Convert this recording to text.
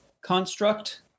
construct